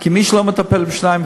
כי מי שלא מטפל בשיניים,